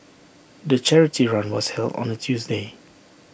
the charity run was held on A Tuesday